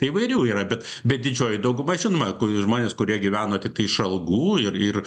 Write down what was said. įvairių yra bet bet didžioji dauguma žinoma kur žmonės kurie gyveno tiktai iš algų ir ir